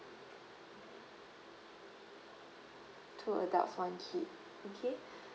two adults one kid okay